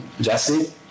Jesse